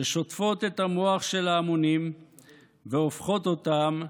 ששוטפות את המוח של ההמונים והופכות אותם